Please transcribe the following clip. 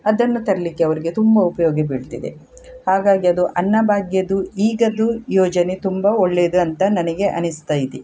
ಅದನ್ನು ತರಲಿಕ್ಕೆ ಅವ್ರಿಗೆ ತುಂಬ ಉಪಯೋಗ ಬೀಳ್ತಿದೆ ಹಾಗಾಗಿ ಅದು ಅನ್ನಭಾಗ್ಯದ್ದು ಈಗಿಂದು ಯೋಜನೆ ತುಂಬ ಒಳ್ಳೆಯದು ಅಂತ ನನಗೆ ಅನ್ನಿಸ್ತಾ ಇದೆ